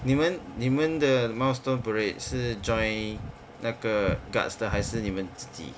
你们你们的 milestone parade 是 join 那个 guards 的还是你们自己